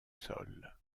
sol